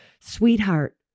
Sweetheart